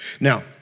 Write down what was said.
Now